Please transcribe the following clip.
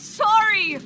sorry